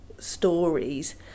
stories